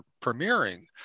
premiering